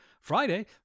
Friday